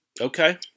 Okay